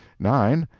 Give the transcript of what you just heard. nine.